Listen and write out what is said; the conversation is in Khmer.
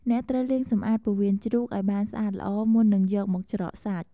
អ្នកត្រូវលាងសម្អាត ពោះវៀនជ្រូក ឱ្យបានស្អាតល្អមុននឹងយកមកច្រកសាច់។